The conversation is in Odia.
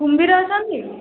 କୁମ୍ଭୀର ଅଛନ୍ତି